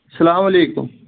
اسلامُ علیکُم